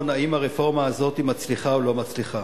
אם הרפורמה הזאת היא מצליחה או לא מצליחה.